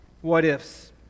what-ifs